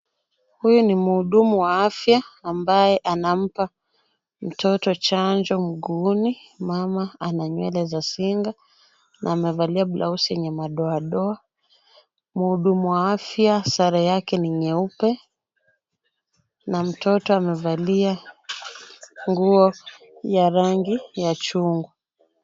Huyu ni mhudumu wa afya ambaye anampa mtoto chanjo mguuni. Mama ananywele za singa na amevalia blausi yenye madoadoa. Mhudumu wa afya sera yake ni nyeupe na mtoto amevalia nguo ya rangi ya chungu.